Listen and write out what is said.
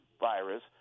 virus